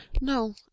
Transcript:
No